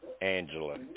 Angela